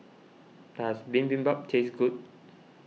does Bibimbap taste good